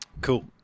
cool